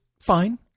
fine